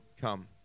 come